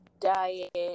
diet